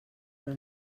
però